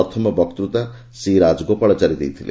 ପ୍ରଥମ ବକ୍ତୂତା C Rajagopalachari ଦେଇଥିଲେ